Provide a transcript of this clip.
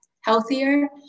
healthier